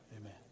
Amen